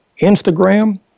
Instagram